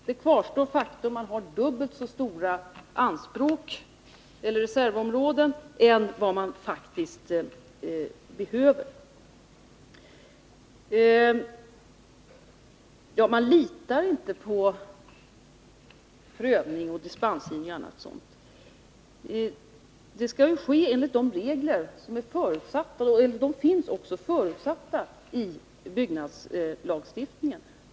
Faktum kvarstår att man har dubbelt så stora reservområden än vad man faktiskt behöver. Man litar inte på prövning, dispensgivning och annat sådant, påstår Lars-Erik Lövdén. Prövningen skall ju ske enligt de regler som finns fastlagda i byggnadslagstiftningen.